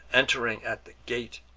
entiring at the gate,